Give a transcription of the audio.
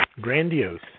Grandiose